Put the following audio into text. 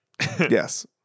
Yes